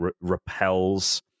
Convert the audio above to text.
repels